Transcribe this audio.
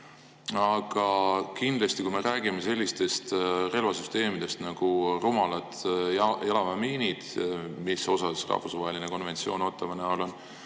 Aga kindlasti, kui me räägime sellistest relvasüsteemidest nagu rumalad jalaväemiinid, mille jaoks rahvusvaheline konventsioon Ottawa